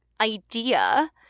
idea